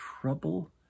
trouble